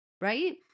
right